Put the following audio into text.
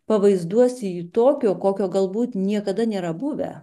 pavaizduosi jį tokiu kokio galbūt niekada nėra buvę